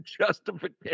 justification